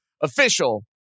official